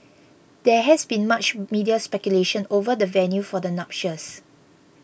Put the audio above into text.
there has been much media speculation over the venue for the nuptials